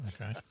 Okay